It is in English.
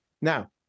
now